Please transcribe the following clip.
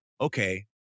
okay